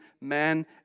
man